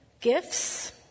gifts